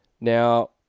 Now